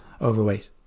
overweight